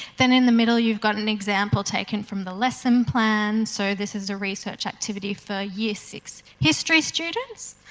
then in the middle you've got an example taken from the lesson plan, so this is a research activity for year six history students.